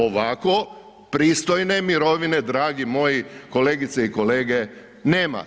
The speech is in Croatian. Ovako pristojne mirovine dragi moji kolegice i kolege, nema.